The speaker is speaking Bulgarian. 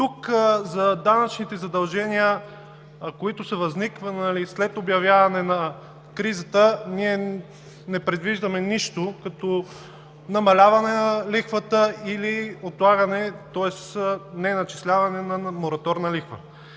тук за данъчните задължения, които са възникнали след обявяване на кризата, ние не предвиждаме нищо като намаляване на лихвата или неначисляване на мораторна лихва.